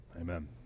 Amen